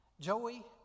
joey